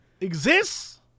Exists